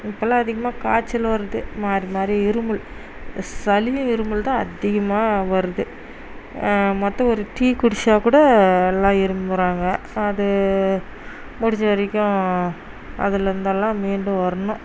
இப்பெல்லாம் அதிகமாக காய்ச்சல் வருது மாறி மாறி இருமல் இந்த சளியும் இருமலும் தான் அதிகமாக வருது மொத்தம் ஒரு டீ குடித்தாக்கூட எல்லாம் இருமுகிறாங்க அது முடிஞ்ச வரைக்கும் அதுலேருந்தெல்லாம் மீண்டு வரணும்